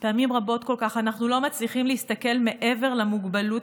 פעמים רבות כל כך אנחנו לא מצליחים להסתכל מעבר למוגבלות